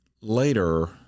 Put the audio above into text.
Later